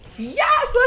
yes